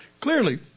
clearly